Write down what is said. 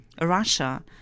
Russia